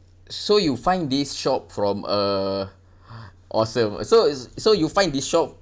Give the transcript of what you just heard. so you find this shop from a awesome so so you find this shop